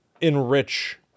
enrich